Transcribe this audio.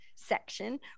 section